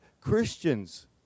Christians